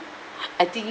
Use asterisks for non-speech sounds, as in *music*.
*breath* I think